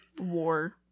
War